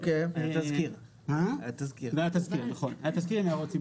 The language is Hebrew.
היה תזכיר עם הערות ציבור.